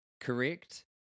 correct